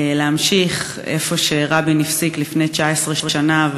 להמשיך במקום שרבין הפסיק לפני 19 שנה,